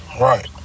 right